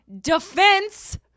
defense